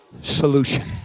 solution